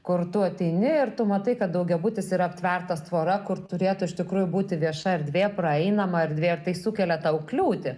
kur tu ateini ir tu matai kad daugiabutis yra aptvertas tvora kur turėtų iš tikrųjų būti vieša erdvė praeinama erdvė ar tai sukelia tau kliūtį